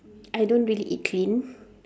I don't really eat clean